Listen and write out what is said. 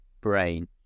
brain